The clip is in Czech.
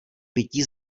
pití